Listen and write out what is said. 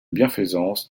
bienfaisance